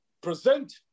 present